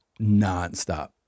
nonstop